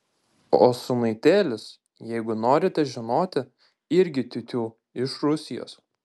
o sūnaitėlis jeigu norite žinoti irgi tiutiū iš rusijos